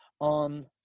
on